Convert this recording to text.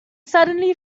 suddenly